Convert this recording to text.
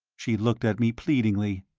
she looked at me pleadingly.